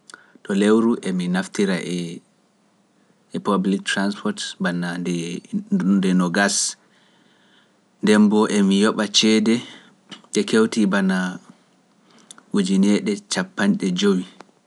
To lewru emi naftira e public transport banna nde nogas(twenty) nde mbo emi yoɓa ceede nde kewtii banna ujineeɗe capanɗe jowi(five thousand).